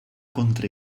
contra